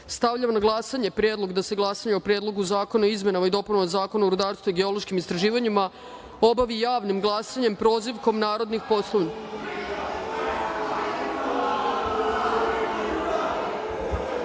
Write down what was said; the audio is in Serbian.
na glasanje predlog da se glasanje o Predlogu zakona o izmenama i dopunama Zakona o rudarstvu i geološkim istraživanjima obavi javnim glasanjem - prozivkom narodnih